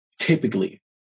typically